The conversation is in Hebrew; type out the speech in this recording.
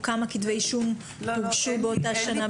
או כמה כתבי אישום הוגשו באותה שנה בעניין הזה?